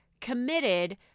committed